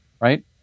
right